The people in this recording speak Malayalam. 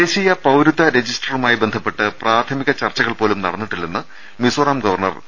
ദേശീയ പൌരത്വ രജിസ്റ്ററുമായി ബന്ധപ്പെട്ട് പ്രാഥമിക ചർച്ചകൾ പോലും നടന്നിട്ടില്ലെന്ന് മിസോറാം ഗവർണർ പി